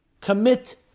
Commit